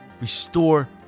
restore